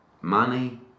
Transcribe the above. money